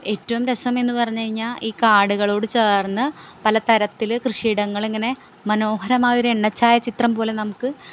ഏറ്റവും രസം എന്ന് പറഞ്ഞ് കഴിഞ്ഞാൽ ഈ കാടുകളോട് ചേർന്ന് പല തരത്തിൽ കൃഷിയിടങ്ങളിങ്ങനെ മനോഹരമായ ഒരു എണ്ണച്ചായം ചിത്രം പോലെ നമുക്ക്